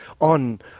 on